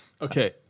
Okay